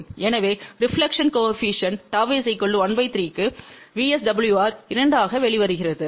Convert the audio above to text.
எனவே reflection coefficient Γ 13 க்கு VSWR 2 ஆக வெளிவருகிறது